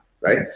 right